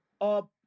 up